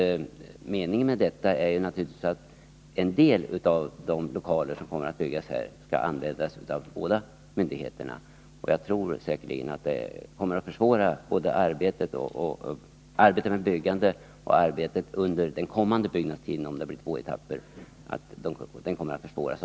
Meningen med det är naturligtvis att en del av lokalerna skall användas av båda myndigheterna. Om byggandet sker i två etapper, tror jag att både själva bygget och arbetet i lokalerna under den kommande byggnadstiden kommer att avsevärt försvåras.